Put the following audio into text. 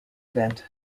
event